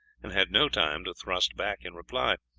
and had no time to thrust back in reply.